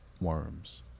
worms